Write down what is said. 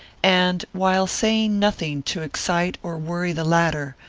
and, while saying nothing to excite or worry the latter,